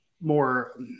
more